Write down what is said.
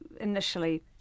initially